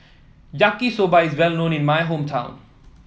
Yaki Soba is well known in my hometown